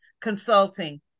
Consulting